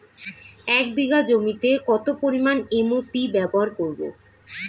এক বিঘা জমিতে কত পরিমান এম.ও.পি ব্যবহার করব?